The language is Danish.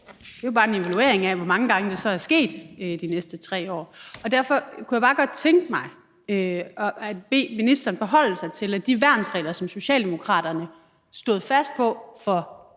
Det er jo bare en evaluering af, hvor mange gange det så er sket de næste 3 år. Derfor kunne jeg bare godt tænke mig at bede ministeren forholde sig til, at de værnsregler, som Socialdemokraterne stod fast på for